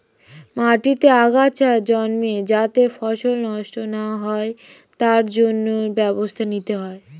মাটিতে আগাছা জন্মে যাতে ফসল নষ্ট না হয় তার জন্য ব্যবস্থা নিতে হয়